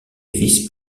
vice